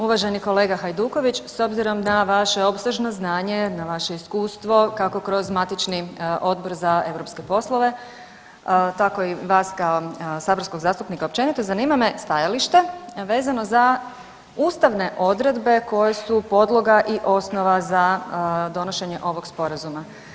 Uvaženi kolega Hajduković s obzirom na vaše opsežno znanje, na vaše iskustvo kako kroz matični Odbor za europske poslove tako i vas kao saborskog zastupnika općenito, zanima stajalište vezano za ustavne odredbe koje su podloga i osnova za donošenje ovog sporazuma.